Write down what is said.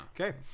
okay